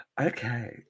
okay